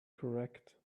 correct